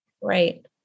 Right